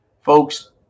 Folks